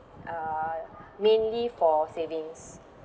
uh mainly for savings